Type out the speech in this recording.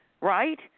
right